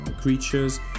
creatures